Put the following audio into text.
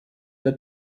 der